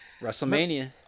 WrestleMania